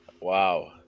wow